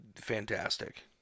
fantastic